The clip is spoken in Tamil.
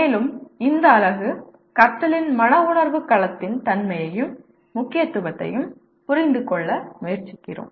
மேலும் இந்த அலகு கற்றலில் மன உணர்வு களத்தின் தன்மையையும் முக்கியத்துவத்தையும் புரிந்துகொள்ள முயற்சிக்கிறோம்